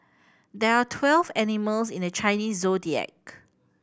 there are twelve animals in the Chinese Zodiac